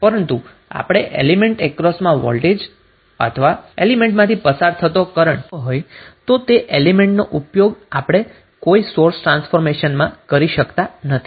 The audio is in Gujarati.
પરંતુ આપણે એલીમેન્ટની અક્રોસમાં વોલ્ટેજ અથવા એલીમેન્ટમાંથી પસાર થતો કરન્ટ શોધવો હોય તો તે એલીમેન્ટનો ઉપયોગ આપણે કોઈ સોર્સ ટ્રાન્સફોર્મેશનમાં કરતા નથી